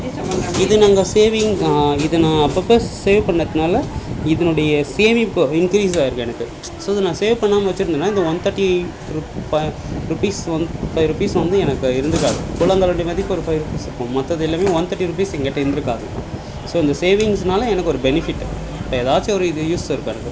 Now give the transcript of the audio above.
இது நாங்கள் சேவிங் இதை நான் அப்பப்போ சேவ் பண்ணதுனால இதனுடைய சேமிப்பு இன்க்ரீஸ் ஆகியிருக்கு எனக்கு ஸோ இதை நான் சேவ் பண்ணாமல் வச்சுருந்தேன்னா இந்த ஒன் தேர்ட்டி ருப்பீஸ் வந்து ருப்பீஸ் வந்து எனக்கு இருந்திருக்காது மதிப்பு ஒரு ஃபைவ் ருப்பீஸ் இருக்கும் மற்றது எல்லாம் ஒன் தேர்ட்டி ருப்பீஸ் எங்கள்கிட்ட இருந்திருக்காது ஸோ இந்த சேவிங்ஸினால எனக்கு ஒரு பெனிஃபிட் இப்போ ஏதாச்சும் ஒரு இது யூஸ் இருக்கு எனக்கு